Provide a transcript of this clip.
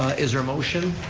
is there a motion?